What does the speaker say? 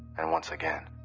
and once again,